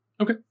Okay